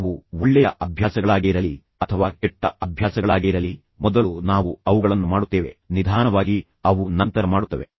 ಅವು ಒಳ್ಳೆಯ ಅಭ್ಯಾಸಗಳಾಗಿರಲಿ ಅಥವಾ ಕೆಟ್ಟ ಅಭ್ಯಾಸಗಳಾಗಿರಲಿ ಮೊದಲು ನಾವು ಅವುಗಳನ್ನು ಮಾಡುತ್ತೇವೆ ನಿಧಾನವಾಗಿ ಅವು ನಂತರ ಮಾಡುತ್ತವೆ